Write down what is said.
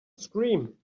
scream